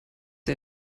ihr